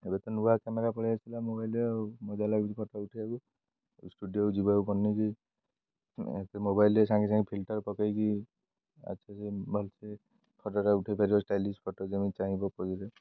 ଏବେ ତ ନୂଆ କ୍ୟାମେରା ପଳେଇ ଆସିଲା ମୋବାଇଲରେ ଆଉ ମଜା ଲାଗୁଛି ଫଟୋ ଉଠେଇବାକୁ ଷ୍ଟୁଡ଼ିଓକୁ ଯିବାକୁ ପଡ଼ୁନି କି ଏ ମୋବାଇଲରେ ସାଙ୍ଗେ ସାଙ୍ଗେ ଫିଲ୍ଟର ପକେଇକି ଆଛାସେ ଭଲସେ ଫଟୋଟା ଉଠେଇ ପାରିବ ଷ୍ଟାଇଲିସ୍ ଫଟୋ ଯେମିତି ଚାହିଁବ ପୋଜରେ